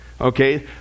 okay